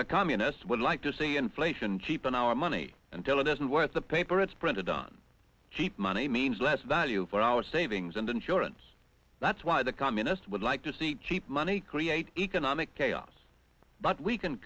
the communists would like to see inflation cheap on our money until it isn't worth the paper it's printed on cheap money means less value for our savings and insurance that's why the communist would like to see cheap money create economic chaos but we can